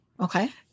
Okay